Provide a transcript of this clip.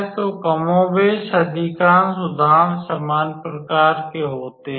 तो कमोबेश अधिकांश उदाहरण समान प्रकार के होते हैं